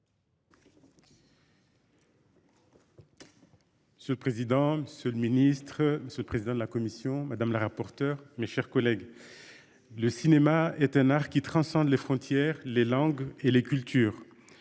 minutes. Le président, Monsieur le Ministre ce président de la commission, madame la rapporteure, mes chers collègues. Le cinéma est un art qui transcende les frontières, les langues et les cultures.